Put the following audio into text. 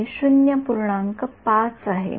तर वरच्या क्वाड्रंट मध्ये हे समीकरण काय असेल